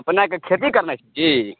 अपनेकेँ खेती करनाइ छै की